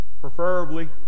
preferably